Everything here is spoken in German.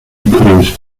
ist